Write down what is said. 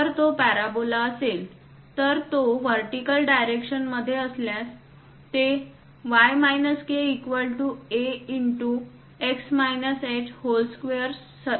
जर तो पॅराबोला असेल जर तो वर्टीकल डायरेक्शन मध्ये असल्यास ते a×x h2 सॅटिस्फाय करेल